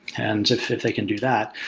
and if if they can do that,